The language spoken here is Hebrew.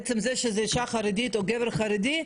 עצם זה שזו אישה חרדית או גבר חרדי,